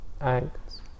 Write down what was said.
acts